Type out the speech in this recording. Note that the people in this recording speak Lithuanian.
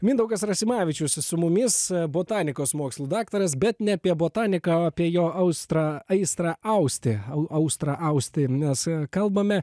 mindaugas rasimavičius su mumis botanikos mokslų daktaras bet ne apie botaniką o apie jo austrą aistrą austi au austrą austi mes kalbame